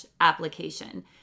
application